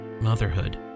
motherhood